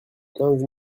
quinze